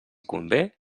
convé